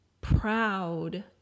proud